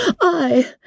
I